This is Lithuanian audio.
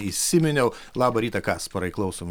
įsiminiau labą rytą kasparai klausom